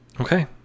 Okay